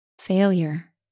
Failure